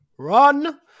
run